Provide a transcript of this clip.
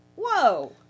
whoa